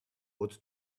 what